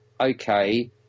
okay